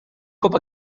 cop